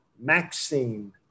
Maxine